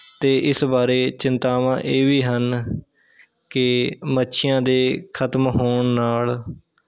ਅਤੇ ਇਸ ਬਾਰੇ ਚਿੰਤਾਵਾਂ ਇਹ ਵੀ ਹਨ ਕਿ ਮੱਛੀਆਂ ਦੇ ਖਤਮ ਹੋਣ ਨਾਲ਼